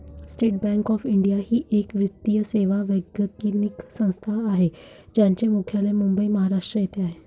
state Bank of India ही एक वित्तीय सेवा वैधानिक संस्था आहे ज्याचे मुख्यालय मुंबई, महाराष्ट्र येथे आहे